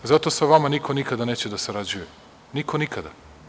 Zato sa vama niko nikada neće da sarađuje, niko, nikada.